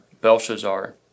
Belshazzar